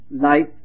life